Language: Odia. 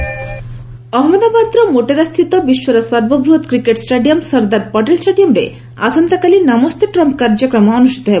ଟ୍ରମ୍ପ୍ ମୋଦି ଅହ୍ମଦାବାଦ ମୋଟେରାସ୍ଥତ ଥିବା ବିଶ୍ୱର ସର୍ବବୃହତ୍ କ୍ରିକେଟ୍ ଷ୍ଟାଡିୟମ୍ ସର୍ଦ୍ଦାର ପଟେଲ୍ ଷ୍ଟାଡିୟମ୍ରେ ଆସନ୍ତାକାଲି ନମସ୍ତେ ଟ୍ରମ୍ପ୍ କାର୍ଯ୍ୟକ୍ରମ ଅନୁଷ୍ଠିତ ହେବ